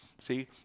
See